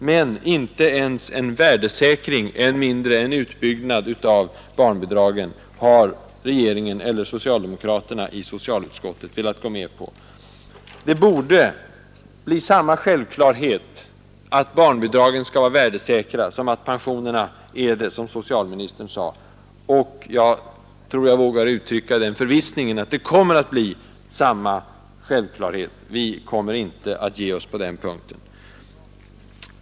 Men inte ens en värdesäkring, än mindre en utbyggnad av barnbidragen har regeringen eller socialdemokraterna i socialutskottet velat gå med på. Det borde bli samma självklarhet att barnbidragen skall vara värdesäkra som att pensionerna är det, vilket socialministern framhöll. Jag tror att jag vågar uttrycka den förvissningen att det kommer att bli samma självklarhet. Vi kommer inte att ge oss på den punkten.